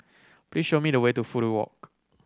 please show me the way to Fudu Walk